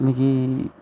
मिगी